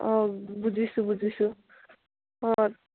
অঁ বুজিছোঁ বুজিছোঁ অঁ